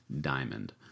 Diamond